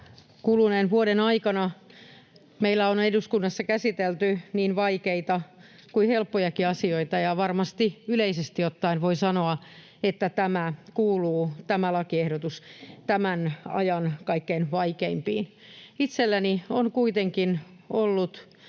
kuluneen vuoden aikana meillä on eduskunnassa käsitelty niin vaikeita kuin helppojakin asioita, ja varmasti yleisesti ottaen voi sanoa, että tämä lakiehdotus kuuluu tämän ajan kaikkein vaikeimpiin. Itselleni on kuitenkin ollut